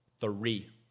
Three